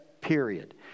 period